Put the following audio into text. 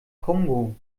kongo